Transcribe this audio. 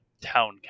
town